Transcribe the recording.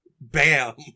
Bam